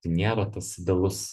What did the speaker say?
tai nėra tas idealus